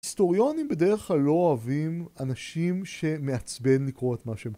היסטוריונים בדרך כלל לא אוהבים אנשים שמעצבן לקרוא את מה שהם...